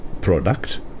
product